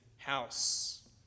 house